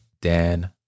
Dan